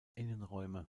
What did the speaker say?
innenräume